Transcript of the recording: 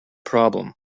problem